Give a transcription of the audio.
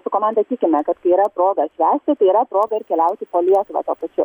su komanda tikime kad kai yra proga švęsti tai yra proga ir keliauti po lietuvą tuo pačiu